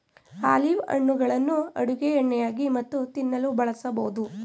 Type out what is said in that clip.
olive ಹಣ್ಣುಗಳನ್ನು ಅಡುಗೆ ಎಣ್ಣೆಯಾಗಿ ಮತ್ತು ತಿನ್ನಲು ಬಳಸಬೋದು